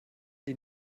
die